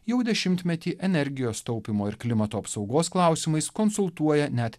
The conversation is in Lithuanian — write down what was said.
jau dešimtmetį energijos taupymo ir klimato apsaugos klausimais konsultuoja net